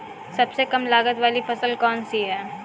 सबसे कम लागत वाली फसल कौन सी है?